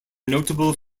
notable